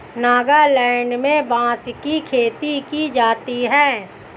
नागालैंड में बांस की खेती की जाती है